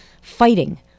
fighting